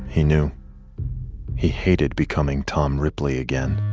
he knew he hated becoming tom ripley again.